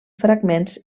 fragments